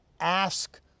Ask